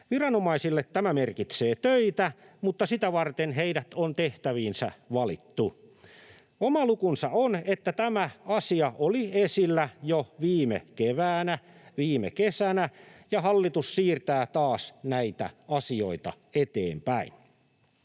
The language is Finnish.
Viranomaisille tämä merkitsee töitä, mutta sitä varten heidät on tehtäviinsä valittu. Oma lukunsa on, että tämä asia oli esillä jo viime keväänä, viime kesänä ja hallitus siirtää taas näitä asioita eteenpäin.